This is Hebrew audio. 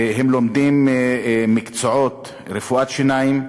והם לומדים רפואת שיניים,